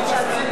אני מסכים,